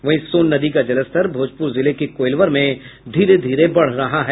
वहीं सोन नदी का जलस्तर भोजपुर जिले के कोइलवर में धीरे धीरे बढ़ रहा है